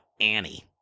Annie